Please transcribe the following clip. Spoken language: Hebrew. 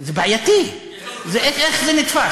זה בעייתי, איך זה נתפס?